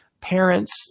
Parents